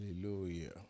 Hallelujah